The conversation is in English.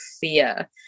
fear